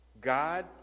God